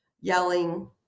yelling